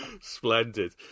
Splendid